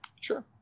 Sure